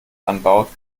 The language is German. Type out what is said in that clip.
anbaut